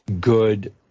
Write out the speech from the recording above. good